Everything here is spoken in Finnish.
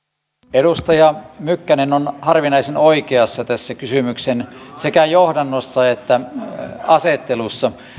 edustaja mykkänen on harvinaisen oikeassa sekä tässä kysymyksen johdannossa että asettelussa